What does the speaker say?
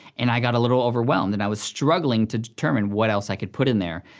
and i got a little overwhelmed, and i was struggling to determine, what else i could put in there.